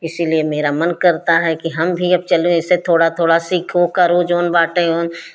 इसीलिए मेरा मन करता है कि हम भी अब चले ऐसे थोड़ा थोड़ा सीखो करो जोन बाटै ओन